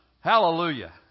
Hallelujah